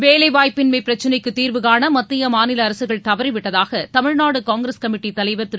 வேலைவாய்ப்பின்மை பிரச்சினைக்கு தீர்வு காண மத்திய மாநில அரசுகள் தவறிவிட்டதாக தமிழ்நாடு காங்கிரஸ் கமிட்டி தலைவர் திரு